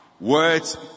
Words